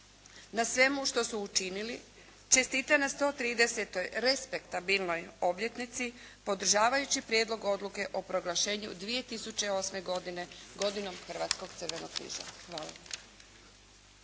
na svemu što su učinili, čestita na 130 respektabilnoj obljetnici podržavajući Prijedlog Odluke o proglašenju 2008. godine godinom Hrvatskog crvenog križa. Hvala.